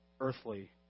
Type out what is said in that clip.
earthly